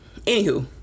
anywho